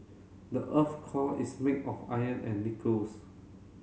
the earth's core is made of iron and nickels